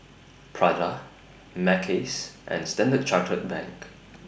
Prada Mackays and Standard Chartered Bank